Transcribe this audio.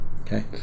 okay